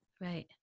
Right